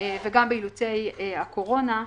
וגם באילוצי הקורונה,